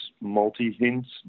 multi-hints